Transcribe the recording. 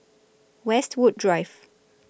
Westwood Drive